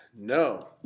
No